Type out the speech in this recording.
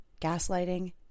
gaslighting